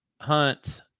Hunt